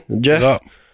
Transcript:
jeff